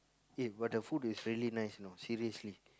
eh but the food is really nice you know seriously